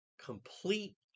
complete